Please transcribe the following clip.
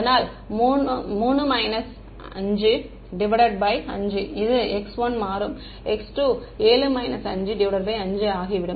அதனால் 5 இது x1 மாறும் x2 5 ஆகிவிடும்